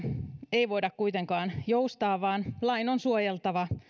ei voida kuitenkaan joustaa vaan lain on suojeltava